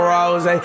Rose